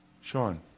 Sean